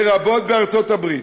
לרבות בארצות-הברית,